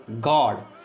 God